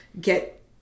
get